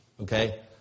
Okay